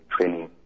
training